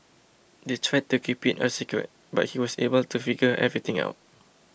they tried to keep it a secret but he was able to figure everything out